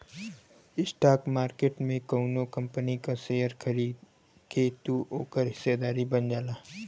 stock market में कउनो company क शेयर खरीद के तू ओकर हिस्सेदार बन जाला